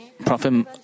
prophet